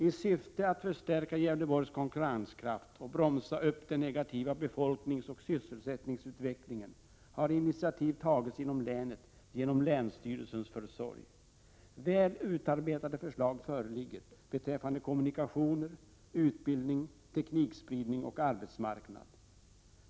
I syfte att förstärka Gävleborgs konkurrenskraft och bromsa den negativa befolkningsoch sysselsättningsutvecklingen har initiativ tagits inom länet genom länsstyrelsens försorg. Väl utarbetade förslag föreligger beträffande kommunikationer, utbildning, teknikspridning och arbetsmarknad.